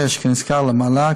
6. כנזכר מעלה,